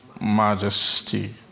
majesty